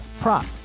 prop